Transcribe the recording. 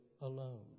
alone